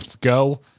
go